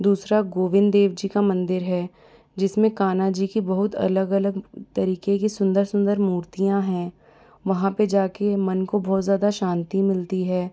दूसरा गोविंद देव जी का मंदिर है जिसमें कान्हा जी की बहुत अलग अलग तरीके की सुंदर सुंदर मूर्तियां हैं वहाँ पर जाकर मन को बहुत ज़्यादा शांति मिलती है